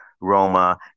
Roma